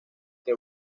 que